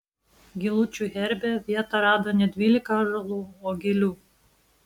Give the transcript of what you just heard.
gilučių herbe vietą rado ne dvylika ąžuolų o gilių